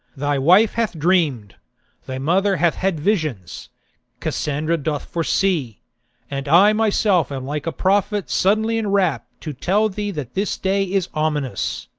thy wife hath dreamt thy mother hath had visions cassandra doth foresee and i myself am like a prophet suddenly enrapt to tell thee that this day is ominous.